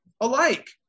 alike